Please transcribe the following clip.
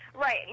Right